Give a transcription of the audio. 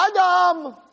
Adam